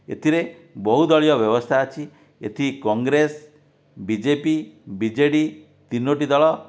ଏଥିରେ ବହୁ ଦଳୀୟ ବ୍ୟବସ୍ଥା ଅଛି ଏଠି କଂଗ୍ରେସ ବିଜେପି ବିଜେଡ଼ି ତିନୋଟି ଦଳ